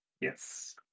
Yes